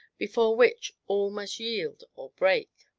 before which all must yield or break?